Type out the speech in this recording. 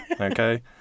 okay